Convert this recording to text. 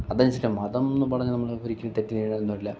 അത് അനുസരിച്ചു മതം എന്നും പറഞ്ഞു നമ്മൾ ഒരിക്കലും തെറ്റ് ചെയ്യാൻ പാടില്ല